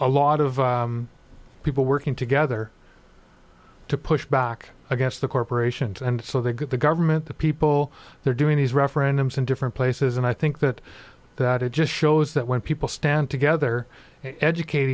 a lot of people working together to push back against the corporations and so the good the government the people they're doing these referendums in different places and i think that that it just shows that when people stand together educate